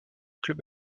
club